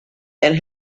and